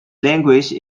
language